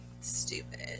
Stupid